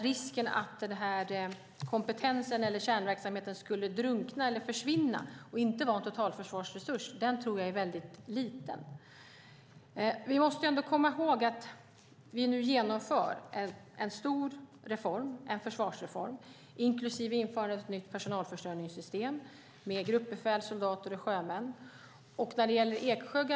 Risken att kompetensen eller kärnverksamheten skulle drunkna eller försvinna och inte vara en totalförsvarsresurs tror jag är väldigt liten. Vi genomför nu en stor försvarsreform, inklusive införandet av ett nytt personalförsörjningssystem med gruppbefäl, soldater och sjömän.